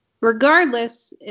regardless